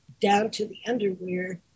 down-to-the-underwear